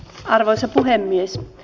arvoisa puhemies